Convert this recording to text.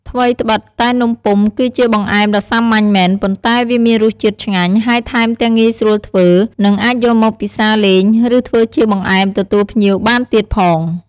ថ្វីដ្បិតតែនំពុម្ពគឺជាបង្អែមដ៏សាមញ្ញមែន ប៉ុន្តែវាមានរសជាតិឆ្ងាញ់ ហើយថែមទាំងងាយស្រួលធ្វើ និងអាចយកមកពិសាលេង ឬធ្វើជាបង្អែមទទួលភ្ញៀវបានទៀតផង។